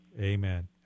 Amen